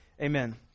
Amen